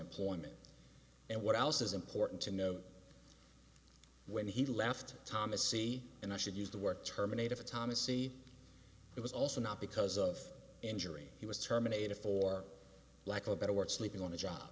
employment and what else is important to note when he left thomas c and i should use the word terminate a thomas e it was also not because of injury he was terminated for lack of a better word sleeping on the job